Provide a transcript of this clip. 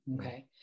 Okay